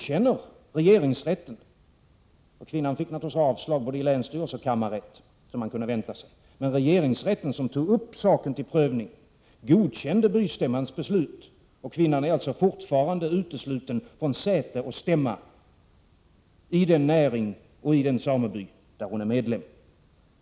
Kvinnan fick avslag i både länsstyrelse och kammarrätt, som man kunde vänta sig. Regeringsrätten, som tog upp saken till prövning, godkände bystämmans beslut. Kvinnan är alltså fortfarande utesluten från säte och stämma i den sameby där hon är medlem.